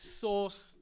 sauce